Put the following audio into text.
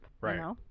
Right